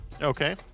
Okay